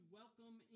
welcome